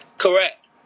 Correct